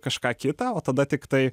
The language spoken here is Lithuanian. kažką kitą o tada tiktai